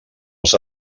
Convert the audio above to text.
els